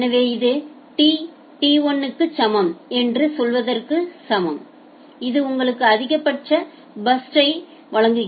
எனவே இது TT1 க்கு சமம் என்று சொல்வதற்கு சமம் இது உங்களுக்கு அதிகபட்ச பர்ஸ்ட் சைஸ்யை வழங்கும்